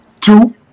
two